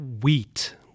wheat